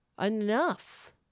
Enough